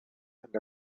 and